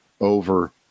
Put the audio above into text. over